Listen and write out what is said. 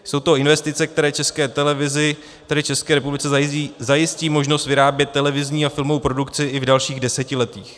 Jsou to investice, které České televizi, tedy České republice, zajistí možnost vyrábět televizní a filmovou produkci i v dalších desetiletích.